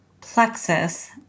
plexus